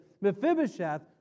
Mephibosheth